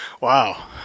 Wow